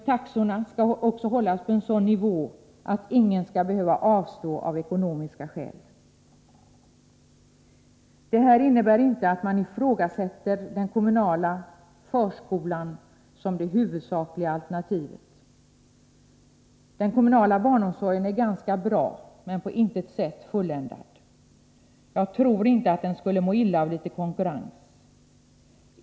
Taxorna skall hållas på en sådan nivå att ingen behöver avstå av ekonomiska skäl. Det här innebär inte att man ifrågasätter den kommunala förskolan som det huvudsakliga alternativet. Den kommunala barnomsorgen är ganska bra, men på intet sätt fulländad. Jag tror inte att den skulle må illa av litet konkurrens.